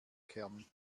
kern